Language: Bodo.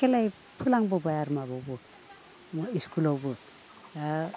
खेला फोलांबोबाय आरोमा बावबो स्कुलावबो